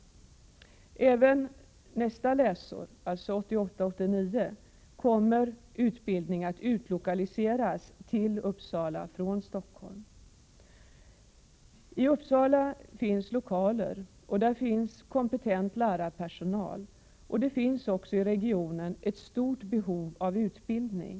Även under nästa läsår, dvs. läsåret 1988/89, kommer utbildning att utlokaliseras till Uppsala från Stockholm. I Uppsala finns lokaler och kompetent lärarpersonal, och det finns i regionen ett stort behov av utbildning.